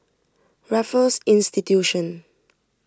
Raffles Institution